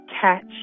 catch